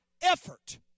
effort